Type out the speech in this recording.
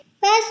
first